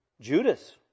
Judas